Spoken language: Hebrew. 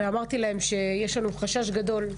ואמרתי להם שיש לנו חשש גדול,